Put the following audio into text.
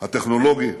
הטכנולוגי,